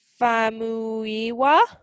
famuiwa